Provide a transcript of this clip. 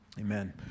Amen